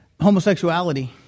homosexuality